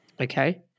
Okay